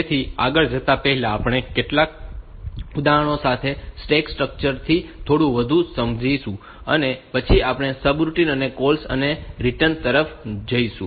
તેથી આગળ જતા પહેલા આપણે કેટલાક ઉદાહરણો સાથે સ્ટેક સ્ટ્રક્ચર ને થોડું વધુ સમજાવીશું અને પછી આપણે સબરૂટિન અને કૉલ્સ અને રિટર્ન તરફ જઈશું